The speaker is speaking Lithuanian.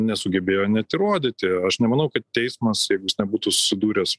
nesugebėjo net įrodyti aš nemanau kad teismas jeigu jis nebūtų susidūręs